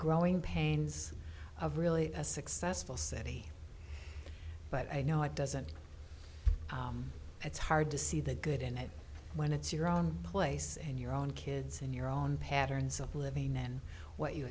growing pains of really a successful city but i know it doesn't it's hard to see the good in it when it's your own place and your own kids and your own patterns of living in what you